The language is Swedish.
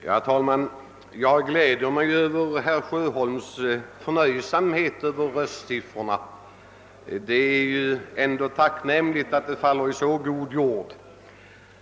Herr talman! Jag gläder mig åt herr Sjöholms förnöjsamhet över röstsiffrorna. Det är tacknämligt att de faller i så god jord.